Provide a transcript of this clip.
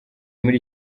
muri